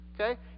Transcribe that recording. Okay